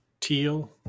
teal